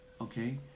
okay